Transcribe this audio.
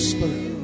Spirit